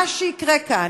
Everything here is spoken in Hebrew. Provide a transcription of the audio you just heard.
מה שיקרה כאן,